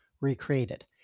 recreated